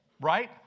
Right